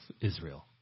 Israel